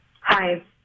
Hi